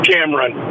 Cameron